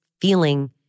feeling